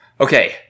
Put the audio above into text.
Okay